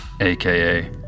aka